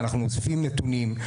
אנחנו אוספים נתונים,